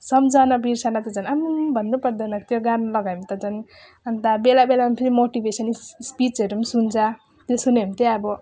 सम्झना बिर्सनाको झन् आम्माम भन्नु पर्दैन त्यो गाना लगायो भने त झन् अन्त बेला बेला अनि फेरि मोटिभेसन इस स्पिचहरू पनि सुन्छ त्यो सुने भने तै अब